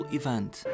event